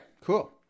cool